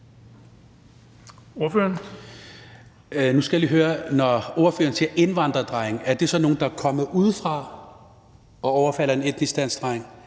Sikandar Siddique (FG): Når ordføreren siger indvandrerdrenge, er det så nogle, der er kommet udefra og overfalder en etnisk dansk dreng,